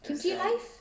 kimchi live